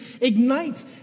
ignite